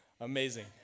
Amazing